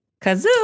Kazoo